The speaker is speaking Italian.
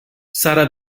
sarà